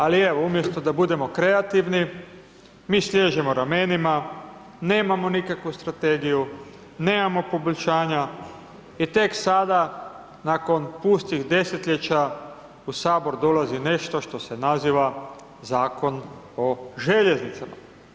Ali evo, umjesto da budemo kreativni, mi sliježemo ramenima, nemamo nikakvu strategiju, nemamo poboljšanja i tek sada, nakon pustih desetljeća, u HS dolazi nešto što se naziva Zakon o željeznicama.